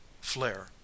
flare